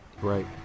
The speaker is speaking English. Right